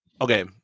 okay